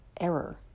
error